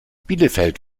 bielefeld